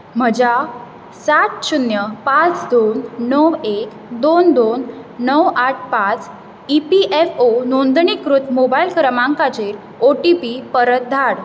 म्हज्या सात शुन्य पांच दोन णव एक दोन दोन णव आठ पांच ई पी एफ ओ नोंदणीकृत मोबायल क्रमांकाचेर ओ टी पी परत धाड